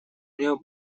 меня